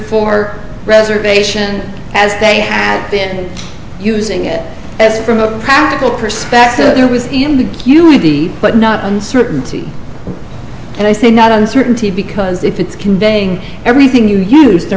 four reservation as they had been using it as from a practical perspective there was you would be but not uncertainty and i say not uncertainty because if it's conveying everything you use there